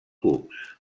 cups